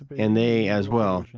and they as well,